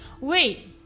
Wait